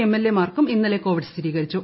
MLA മാർക്കും ഇന്നലെ Covid സ്ഥിരീകരിച്ചു